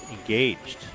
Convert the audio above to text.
engaged